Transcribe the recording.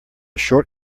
short